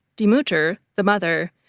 die mutter, the mother.